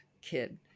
kid